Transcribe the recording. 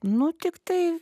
nu tiktai